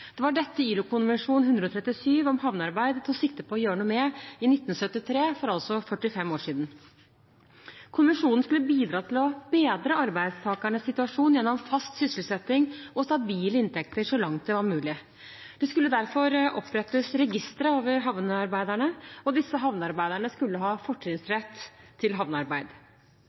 Det var dette ILO-konvensjon 137 om havnearbeid tok sikte på å gjøre noe med i 1973, altså for 45 år siden. Konvensjonen skulle bidra til å bedre arbeidstakernes situasjon gjennom fast sysselsetting og stabile inntekter så langt det var mulig. Det skulle derfor opprettes registre over havnearbeiderne, og disse havnearbeiderne skulle ha fortrinnsrett til havnearbeid.